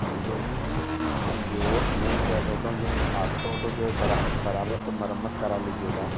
हाँ जो हाँ जो मैं क्या बोलता हूँ जो आटो ओटो जो है बरा बराबर से मरम्मत करा लीजिएगा